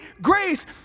grace